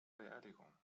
beerdigung